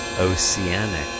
Oceanic